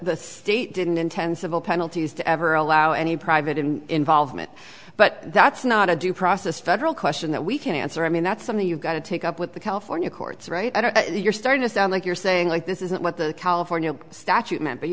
the state didn't intend civil penalties to ever allow any private in involvement but that's not a due process federal question that we can't answer i mean that's something you've got to take up with the california courts right and you're starting to sound like you're saying like this isn't what the california statute meant but you